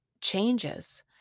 changes